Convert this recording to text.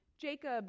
Jacob